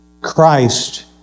Christ